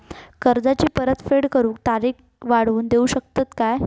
कर्जाची परत फेड करूक तारीख वाढवून देऊ शकतत काय?